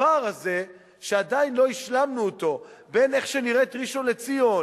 הפער הזה שעדיין לא השלמנו אותו בין איך נראית ראשון-לציון